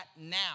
now